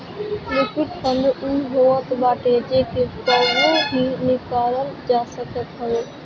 liquid fund उ होत बाटे जेके कबो भी निकालल जा सकत हवे